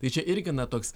tai čia irgi na toks